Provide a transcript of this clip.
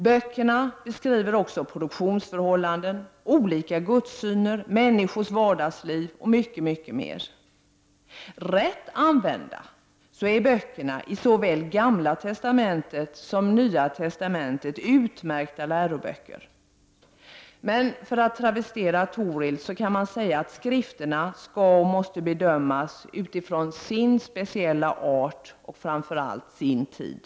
Böckerna beskriver också produktionsförhållanden, olika gudssyner, människors vardagsliv och mycket, mycket mer. Rätt använda är böckerna i såväl Gamla testamentet som Nya testamentet utmärkta läroböcker, men för att travestera Thorild kan man säga att skrifterna skall bedömas utifrån sin speciella art och framför allt sin tid.